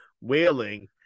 whaling